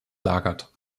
lagert